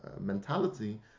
mentality